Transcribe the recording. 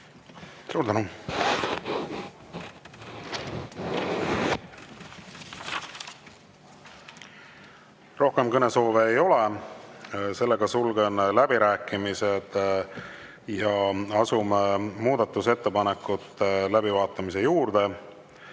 Rohkem kõnesoove ei ole, sulgen läbirääkimised. Asume muudatusettepanekute läbivaatamise juurde.